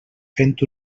fent